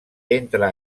entre